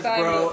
bro